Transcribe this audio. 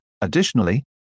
Additionally